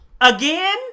Again